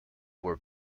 were